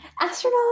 astronaut